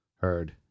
Heard